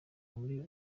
muri